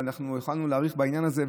ואנחנו יכולנו להאריך בעניין הזה,